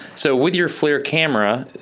so with your flir camera,